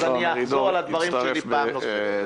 אז אני אחזור על הדברים שלי פעם נוספת.